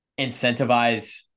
incentivize